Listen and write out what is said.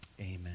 Amen